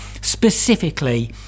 specifically